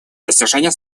достижению